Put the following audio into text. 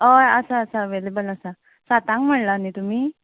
हय आसा आसा एवेलेबल आसा सातांक म्हणला न्ही तुमी